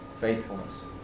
Faithfulness